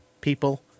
people